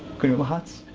queen of hearts?